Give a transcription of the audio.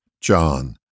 John